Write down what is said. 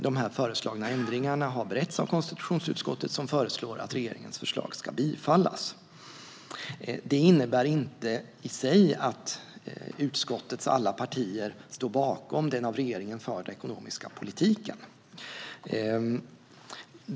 De föreslagna ändringarna har beretts av konstitutionsutskottet, som föreslår att regeringens förslag ska bifallas. Det innebär inte i sig att utskottets alla partier står bakom den av regeringen förda ekonomiska politiken.